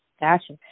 Gotcha